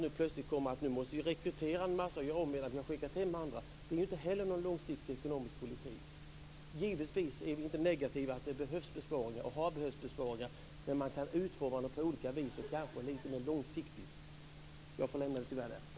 Nu plötsligt ser vi att vi nu måste rekrytera nya, medan vi har skickat hem de andra. Det är inte heller någon långsiktigt ekonomisk politik. Givetvis är vi inte negativa till besparingar, de behövs och har behövts, men de kan utformas på olika vis, kanske lite mer långsiktigt. Jag får nöja mig med detta.